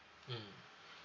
mmhmm